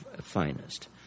finest